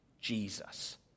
Jesus